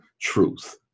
truth